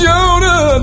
Jonah